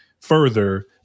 further